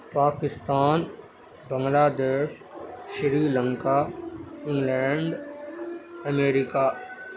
Pakistan Bangladesh Sri لکنا England امریکا